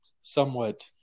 somewhat